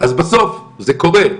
אז בסוף זה קורה,